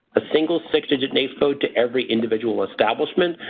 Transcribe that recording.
a single six digit naics code to every individual establishment.